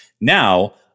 now